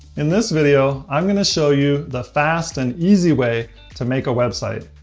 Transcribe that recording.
in this video i'm going to show you the fast and easy way to make a website.